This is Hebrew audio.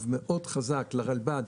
לרלב"ד,